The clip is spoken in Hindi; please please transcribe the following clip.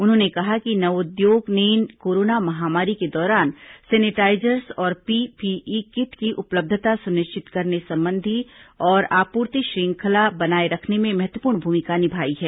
उन्होंने कहा कि नवोद्योग ने कोरोना महामारी के दौरान सेनेटाइजर्स और पीपीई किट की उपलब्धता सुनिश्चित करने और संबंधी आपूर्ति श्रंखला बनाए रखने में महत्वपूर्ण भूमिका निभाई है